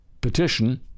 petition